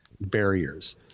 barriers